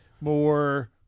more